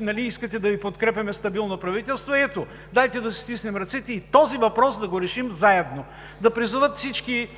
нали искате да Ви подкрепяме стабилно правителство, ето, дайте да си стиснем ръцете и този въпрос да го решим заедно. Да призоват всички